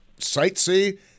sightsee